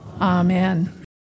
Amen